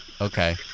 Okay